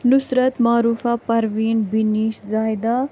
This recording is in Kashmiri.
نُصرت معروٗفہ پَرویٖن بِنِش زاہدہ